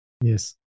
Yes